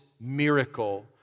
miracle